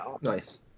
Nice